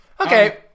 okay